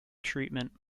treatment